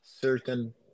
certain